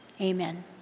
amen